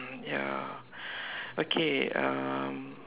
ya okay um